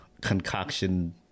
concoction